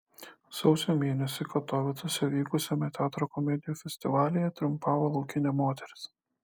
sausio mėnesį katovicuose vykusiame teatro komedijų festivalyje triumfavo laukinė moteris